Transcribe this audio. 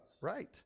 Right